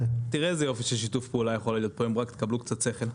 תראה איזה יופי של שיתוף פעולה יכול להיות פה אם רק תקבלו קצת שכל.